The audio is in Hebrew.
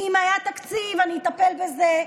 אם היה תקציב, אני אטפל בזה.